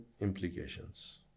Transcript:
implications